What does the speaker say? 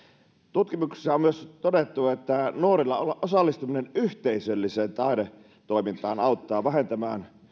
tutkimuksessa on myös todettu että nuorilla osallistuminen yhteisölliseen taidetoimintaan auttaa vähentämään